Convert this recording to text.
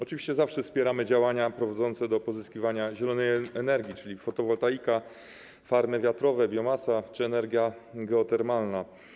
Oczywiście zawsze wspieramy działania prowadzące do pozyskiwania zielonej energii, czyli jest to fotowoltaika, farmy wiatrowe, biomasa czy energia geotermalna.